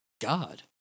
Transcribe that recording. God